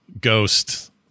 Ghost